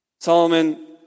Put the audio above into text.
Solomon